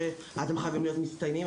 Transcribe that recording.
שאתם חייבים להיות מצטיינים,